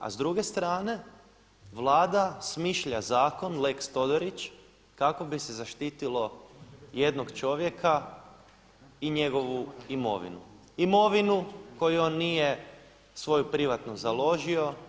A s druge strane Vlada smišlja zakon lex Todorić kako bi se zaštitilo jednog čovjeka i njegovu imovinu, imovinu koju on nije svoju privatnu založio.